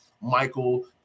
Michael